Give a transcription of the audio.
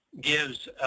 gives